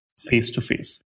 face-to-face